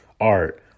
art